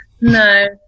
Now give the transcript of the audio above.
No